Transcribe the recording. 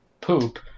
poop